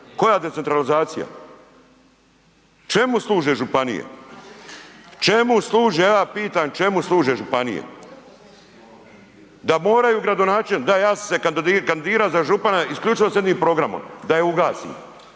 Koja decentralizacija? Čemu služe županije? Čemu služe, ja pitam čemu služe županije? Da moraju gradonačelnici, da ja sam se kandidirao za župana isključivo sa jednim programom da je ugasim